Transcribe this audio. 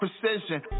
precision